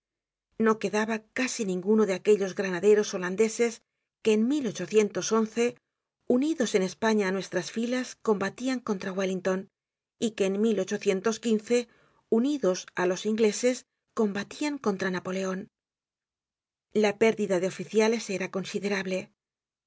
no quedaba casi ninguno de aquellos granaderos holandeses que en unidos en españa á nuestras filas combatian contra wellington y que en unidos á los ingleses combatian contra napoleon la pérdida de oficiales era considerable